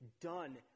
done